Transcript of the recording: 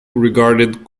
regarded